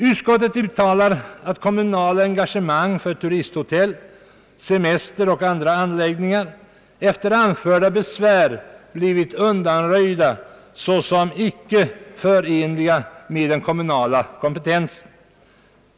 Utskottet uttalar att kommunala engagemang för turisthotell, semesteroch andra anläggningar efter anförda besvär blivit undanröjda såsom icke för enliga med den kommunala kompetensen.